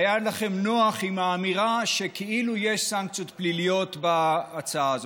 והיה לכם נוח עם האמירה שכאילו יש סנקציות פליליות בהצעה הזאת,